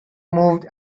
moved